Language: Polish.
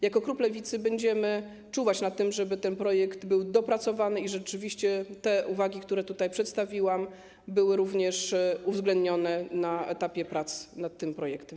Jako klub Lewicy będziemy czuwać nad tym, żeby ten projekt był dopracowany i żeby rzeczywiście te uwagi, które tutaj przedstawiłam, były również uwzględnione na etapie prac nad tym projektem.